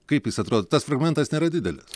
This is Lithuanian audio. kaip jis atrodo tas fragmentas nėra didelis